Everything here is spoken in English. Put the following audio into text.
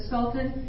Sultan